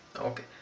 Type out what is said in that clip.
Okay